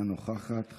אינה נוכחת.